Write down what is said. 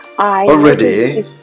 Already